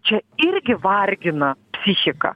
čia irgi vargina fsichiką